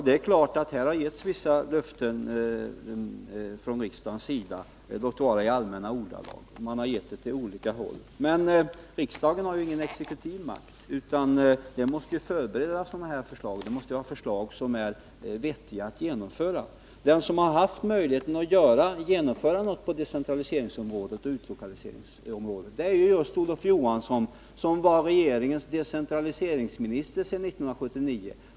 Det är klart att riksdagen gett vissa löften, låt vara i allmänna ordalag. Man har gett löften åt olika håll. Men riksdagen har ingen exekutiv makt. Sådana här förslag måste förberedas, och det måste vara förslag som är vettiga att genomföra. Den som hade möjligheten att genomföra någonting på decentraliseringsoch utlokaliseringsområdet var just Olof Johansson som var regeringens decentraliseringsminister sedan 1979.